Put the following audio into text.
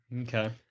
Okay